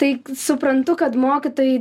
tai suprantu kad mokytojai